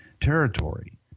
Territory